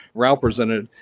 rao presented.